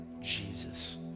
Jesus